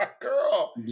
girl